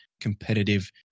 competitive